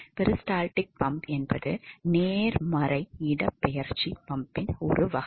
peristaltic pump என்பது நேர்மறை இடப்பெயர்ச்சி பம்பின் ஒரு வகை